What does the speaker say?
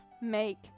make